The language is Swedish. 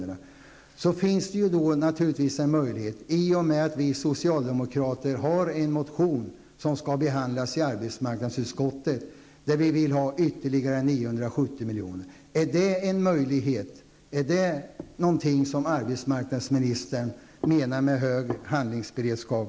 Det finns nu, menar jag, en möjlighet i och med att vi socialdemokrater har väckt en motion, som skall behandlas i arbetsmarknadsutskottet, om ytterligare 970 milj.kr. Är kanske ett bifall till den motionen vad arbetsmarknadsministern menar med hög handlingsberedskap?